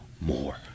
more